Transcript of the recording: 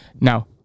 Now